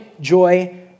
joy